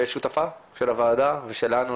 ושותפה של הוועדה ושלנו,